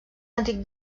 antic